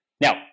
Now